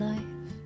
Life